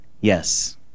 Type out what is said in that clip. Yes